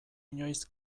inoiz